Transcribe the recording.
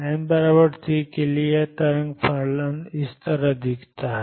n 3 के लिए यह तरंग फलन इस तरह दिखता है